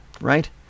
Right